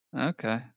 Okay